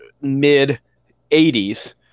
mid-80s